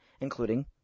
including